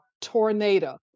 tornado